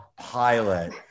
pilot